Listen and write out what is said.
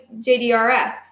JDRF